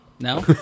No